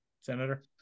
Senator